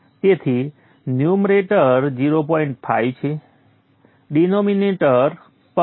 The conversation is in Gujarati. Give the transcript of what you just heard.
5 છે ડિનોમિનેટર પણ 0